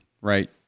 right